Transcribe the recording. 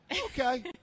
okay